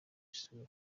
isura